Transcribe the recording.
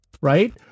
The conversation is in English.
right